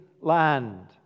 land